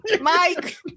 Mike